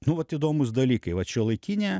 nu vat įdomūs dalykai vat šiuolaikinė